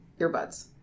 earbuds